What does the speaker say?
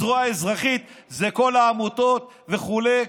הזרוע האזרחית זה כל העמותות וכו',